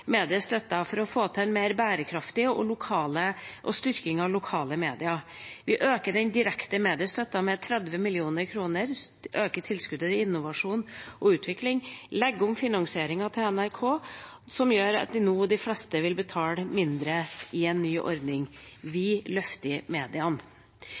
mediestøtten for å få til mer bærekraft og styrke lokale medier. Vi øker den direkte mediestøtten med 30 mill. kr, øker tilskuddet til innovasjon og utvikling, legger om finansieringen til NRK, som gjør at de fleste nå vil betale mindre i en ny ordning.